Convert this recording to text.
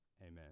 Amen